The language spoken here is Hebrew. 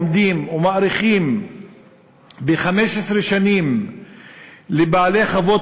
עומדים ומאריכים ב-15 שנים לבעלי חוות